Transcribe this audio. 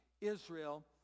Israel